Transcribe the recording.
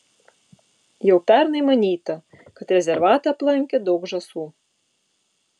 jau pernai manyta kad rezervatą aplankė daug žąsų